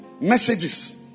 messages